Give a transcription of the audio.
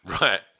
Right